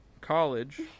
college